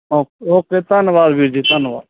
ਓ okay ਧੰਨਵਾਦ ਵੀਰ ਜੀ ਧੰਨਵਾਦ